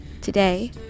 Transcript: Today